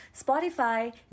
Spotify